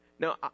Now